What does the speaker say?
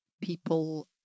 people